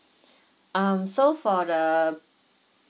um so for the